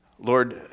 Lord